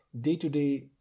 day-to-day